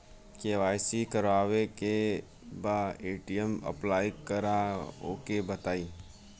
KYC करावे के बा ए.टी.एम अप्लाई करा ओके बताई?